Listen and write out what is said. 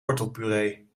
wortelpuree